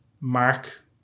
mark